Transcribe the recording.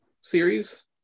series